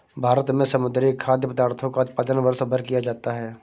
भारत में समुद्री खाद्य पदार्थों का उत्पादन वर्षभर किया जाता है